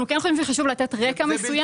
אנחנו כן חושבים שחשוב לתת רקע מסוים.